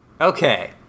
Okay